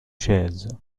chaise